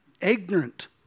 ignorant